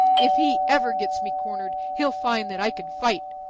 if he ever gets me cornered, he'll find that i can fight.